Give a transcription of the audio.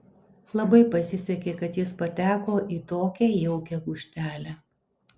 labai pasisekė kad jis pateko į tokią jaukią gūžtelę